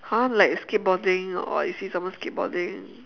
!huh! like skateboarding or you see someone skateboarding